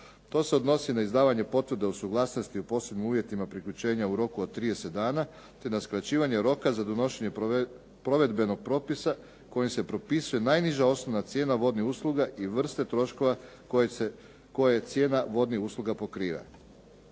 To se odnosi na izdavanje potvrde o suglasnosti o posebnim uvjetima priključenja u roku od 30 dana, te na skraćivanje roka za donošenje provedbenog propisa kojim se propisuje najniža osnovna cijena vodnih usluga i vrste troškova koje cijena vodnih usluga pokriva.